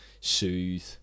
soothe